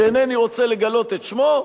שאינני רוצה לגלות את שמו,